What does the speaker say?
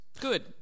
Good